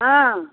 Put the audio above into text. हँ